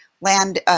land